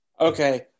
okay